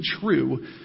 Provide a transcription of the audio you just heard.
true